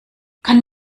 kann